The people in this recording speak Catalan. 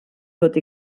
tot